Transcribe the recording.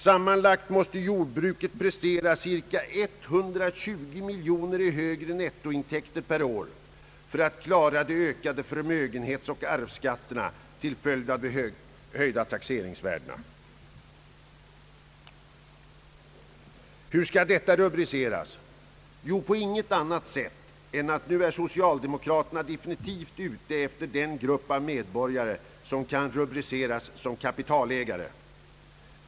Sammanlagt måste jordbruket prestera cirka 120 miljoner kronor i högre nettointäkter per år för att klara de ökade förmögenhetsoch arvsskatter som blir följden av de höjda taxeringsvärdena. Hur skall detta rubriceras? Jo, på inget annat sätt än att socialdemokraterna nu är definitivt ute efter den grupp av medborgare som kan betraktas som kapitalägare.